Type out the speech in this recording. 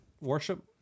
worship